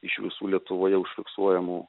iš visų lietuvoje užfiksuojamų